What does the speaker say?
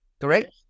Correct